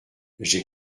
j’ai